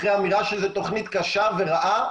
אחרי אמירה שזה תוכנית קשה ורעה,